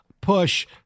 push